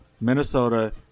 Minnesota